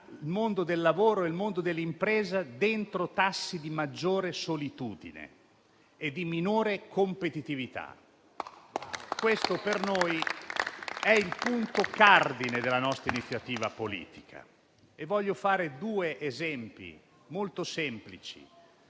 il mondo del lavoro e il mondo dell'impresa dentro tassi di maggiore solitudine e di minore competitività. Questo per noi è il punto cardine della nostra iniziativa politica. Voglio fare due esempi molto semplici,